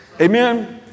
Amen